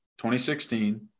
2016